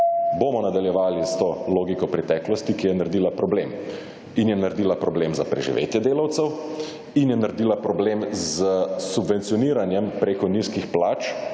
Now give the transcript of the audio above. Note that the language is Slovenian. bomo nadaljevali s to logiko preteklosti, ki je naredila problem. In je naredila problem za preživetje delavcev in je naredila problem z subvencioniranjem preko nizkih plač,